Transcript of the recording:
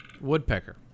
Woodpecker